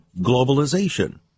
globalization